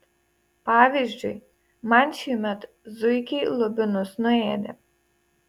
pavyzdžiui man šįmet zuikiai lubinus nuėdė